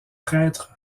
prêtre